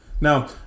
Now